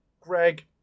Greg